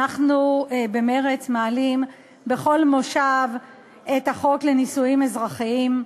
אנחנו במרצ מעלים בכל מושב את החוק לנישואים אזרחיים.